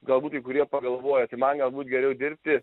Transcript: galbūt kai kurie pagalvoja tai man galbūt geriau dirbti